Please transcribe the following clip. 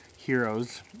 heroes